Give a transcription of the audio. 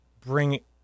bring